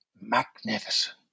Magnificent